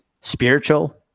spiritual